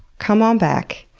come on back,